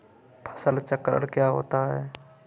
फसल चक्रण क्या होता है?